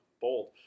bold